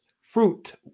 Fruit